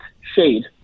shade